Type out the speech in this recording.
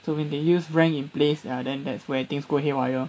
so when they use rank in place ah then that's where things go haywire